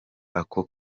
ako